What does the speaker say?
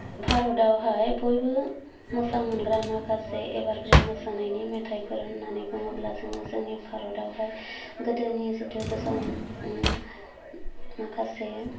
भारतावहाय बयबो मोजां मोनग्रा माखासे एभारग्रिन मोसानायनि मेथाइफोर होन्नानै बुङोब्ला जोङो जोंनि भारतावहाय गोदोनि जिथु गोजाम माखासे